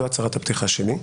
זו הצהרת הפתיחה שלי.